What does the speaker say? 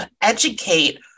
educate